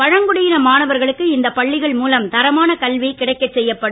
பழங்குடியின மாணவர்களுக்கு இந்த பள்ளிகள் மூலம் தரமான கல்வி கிடைக்கச் செய்யப்படும்